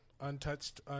untouched